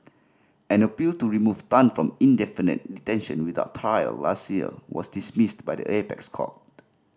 an appeal to remove Tan from indefinite detention without trial last year was dismissed by the apex court